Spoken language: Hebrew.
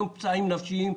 לא מפצעים נפשיים,